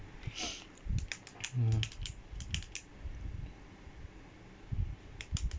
mm